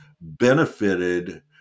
benefited